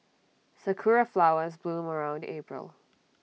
Sakura Flowers bloom around April